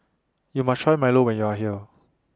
YOU must Try Milo when YOU Are here